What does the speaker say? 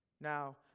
Now